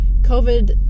COVID